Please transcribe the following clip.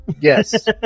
Yes